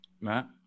Matt